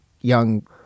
young